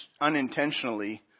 unintentionally